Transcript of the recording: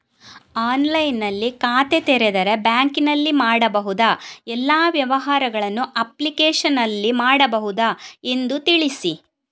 ಆನ್ಲೈನ್ನಲ್ಲಿ ಖಾತೆ ತೆರೆದರೆ ಬ್ಯಾಂಕಿನಲ್ಲಿ ಮಾಡಬಹುದಾ ಎಲ್ಲ ವ್ಯವಹಾರಗಳನ್ನು ಅಪ್ಲಿಕೇಶನ್ನಲ್ಲಿ ಮಾಡಬಹುದಾ ಎಂದು ತಿಳಿಸಿ?